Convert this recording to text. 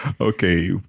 Okay